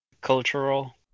cultural